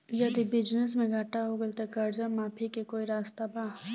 यदि बिजनेस मे घाटा हो गएल त कर्जा माफी के कोई रास्ता बा?